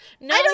No